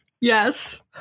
Yes